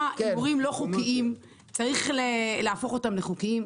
הימורים לא חוקיים, צריך להפוך אותם לחוקיים?